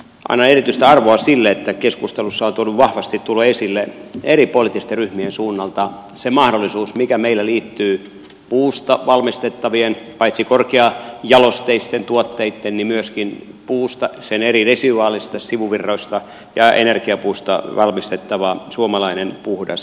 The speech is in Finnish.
annan erityistä arvoa sille että keskustelussa on tullut vahvasti esille eri poliittisten ryhmien suunnalta se mahdollisuus mikä meillä liittyy paitsi puusta valmistettaviin korkeajalosteisiin tuotteisiin myöskin puun eri residuaalisista sivuvirroista ja energiapuusta valmistettavaan suomalaiseen puhtaaseen energiaan